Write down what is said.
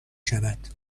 شود